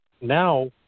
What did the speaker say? now